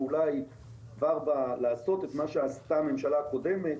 ואולי כבר לעשות את מה שעשתה הממשלה הקודמת